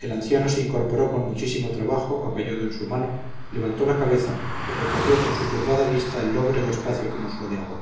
el anciano se incorporó con muchísimo trabajo apoyado en su mano levantó la cabeza y recorrió con su turbada vista el lóbrego espacio que nos rodeaba